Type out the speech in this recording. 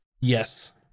yes